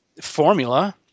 formula